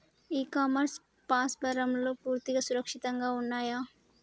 ఇ commerce ప్లాట్ఫారమ్లు పూర్తిగా సురక్షితంగా ఉన్నయా?